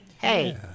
Hey